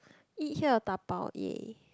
eat here or dabao !yay!